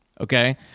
okay